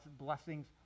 blessings